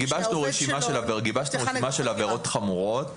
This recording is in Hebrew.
גיבשנו רשימה של עבירות חמורות,